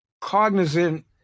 cognizant